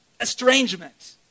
estrangement